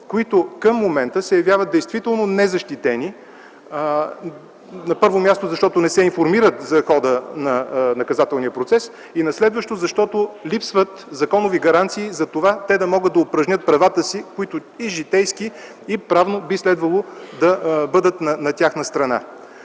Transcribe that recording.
които към момента се явяват действително незащитени, на първо място, защото не се информират за хода на наказателния процес, и на следващо, защото липсват законови гаранции за това те да могат да упражнят правата си, които и житейски, и правно би следвало да бъдат на тяхна страна.